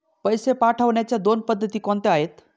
पैसे पाठवण्याच्या दोन पद्धती कोणत्या आहेत?